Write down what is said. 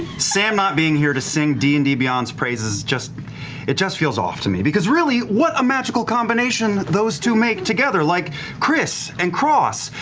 sam not being here to sing d and d beyond's praises, it just feels off to me, because really, what a magical combination those two make together, like criss and cross,